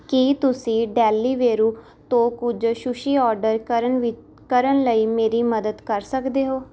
ਕੀ ਤੁਸੀਂ ਡੈਲੀਵੇਰੂ ਤੋਂ ਕੁਝ ਸ਼ੁਸ਼ੀ ਆਰਡਰ ਕਰਨ ਵਿਚ ਕਰਨ ਲਈ ਮੇਰੀ ਮਦਦ ਕਰ ਸਕਦੇ ਹੋ